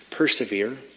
Persevere